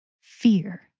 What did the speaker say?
fear